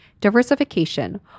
diversification